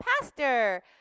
pastor